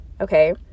okay